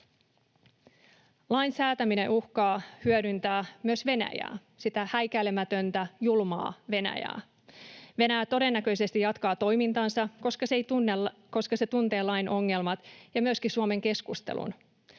Lain säätäminen uhkaa hyödyttää myös Venäjää, sitä häikäilemätöntä, julmaa Venäjää. Venäjä todennäköisesti jatkaa toimintaansa, koska se tuntee lain ongelmat ja myöskin Suomen keskustelun.